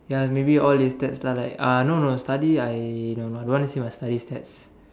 ya maybe all listed are like uh no no study I no I don't want to see my study stats